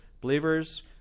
believers